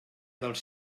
dels